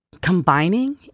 combining